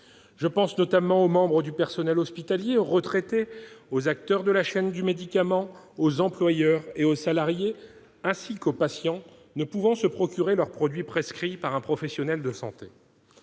Je pense notamment aux membres du personnel hospitalier, aux retraités, aux acteurs de la chaîne du médicament, aux employeurs et aux salariés, ainsi qu'aux patients ne pouvant se procurer les produits prescrits par un professionnel de santé.